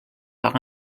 par